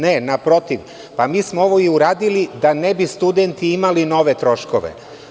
Ne, naprotiv, pa mi smo ovo i uradili da ne bi studenti mali nove troškove.